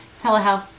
telehealth